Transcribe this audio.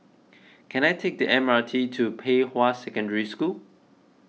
can I take the M R T to Pei Hwa Secondary School